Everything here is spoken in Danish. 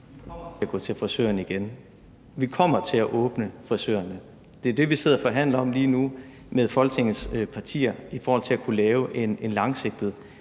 Vi kommer til at gå til frisøren igen. Vi kommer til at åbne for frisørerne. Det er det, vi sidder og forhandler om lige nu med Folketingets partier i forhold til at kunne lave en langsigtet